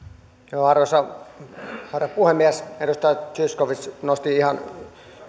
arvoisa herra puhemies edustaja zyskowicz nosti ihan